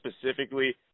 specifically